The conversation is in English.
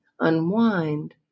unwind